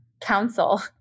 council